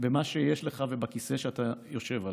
במה שיש לך ובכיסא שאתה יושב עליו.